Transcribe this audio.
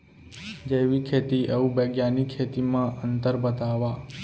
जैविक खेती अऊ बैग्यानिक खेती म अंतर बतावा?